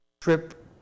trip